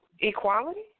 Equality